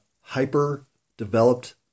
hyper-developed